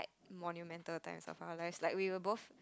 monumental times of our life like we were both